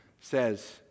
says